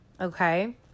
Okay